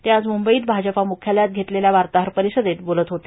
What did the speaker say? ते आज मुंबईत भाजपा मुख्यालयात घेतलेल्या वार्ताहर परिषदेत बोलत होते